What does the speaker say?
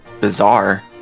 bizarre